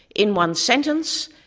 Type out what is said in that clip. in one sentence,